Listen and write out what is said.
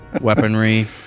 weaponry